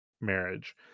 marriage